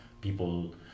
people